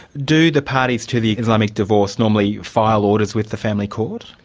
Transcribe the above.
do the parties to the islamic divorce normally file orders with the family court?